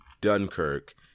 dunkirk